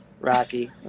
Rocky